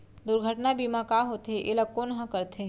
दुर्घटना बीमा का होथे, एला कोन ह करथे?